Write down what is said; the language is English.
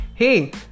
Hey